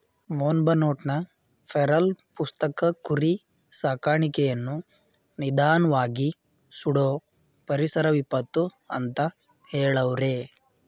ಮೊನ್ಬಯೋಟ್ನ feral ಪುಸ್ತಕ ಕುರಿ ಸಾಕಾಣಿಕೆಯನ್ನು ನಿಧಾನ್ವಾಗಿ ಸುಡೋ ಪರಿಸರ ವಿಪತ್ತು ಅಂತ ಹೆಳವ್ರೆ